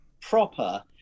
proper